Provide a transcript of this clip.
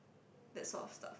that sort of stuff